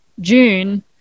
June